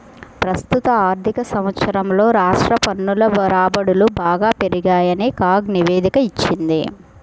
ప్రస్తుత ఆర్థిక సంవత్సరంలో రాష్ట్ర పన్నుల రాబడులు బాగా పెరిగాయని కాగ్ నివేదిక ఇచ్చింది